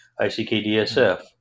ICKDSF